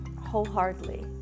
Wholeheartedly